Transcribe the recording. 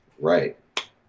right